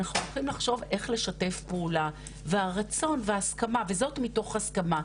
אנחנו הולכים לחשוב איך לשתף פעולה והרצון וההסכמה וזאת מתוך הסכמה,